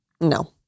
No